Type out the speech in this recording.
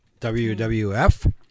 WWF